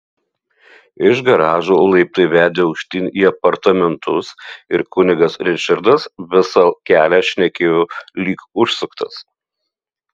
iš garažo laiptai vedė aukštyn į apartamentus ir kunigas ričardas visą kelią šnekėjo lyg užsuktas